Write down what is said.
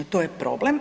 To je problem.